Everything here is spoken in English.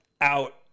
out